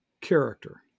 character